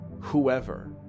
whoever